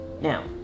Now